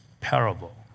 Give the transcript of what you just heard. parable